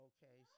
Okay